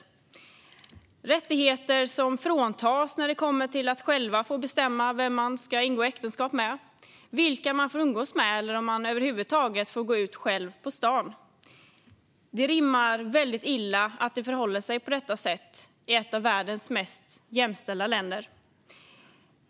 Det är rättigheter som de fråntas när det kommer till att själv bestämma vem de ska ingå äktenskap med, vilka de får umgås med eller om de över huvud taget får gå ut själv på stan. Det rimmar väldigt illa att det förhåller sig på det sättet i ett av världens mest jämställda länder.